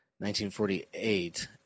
1948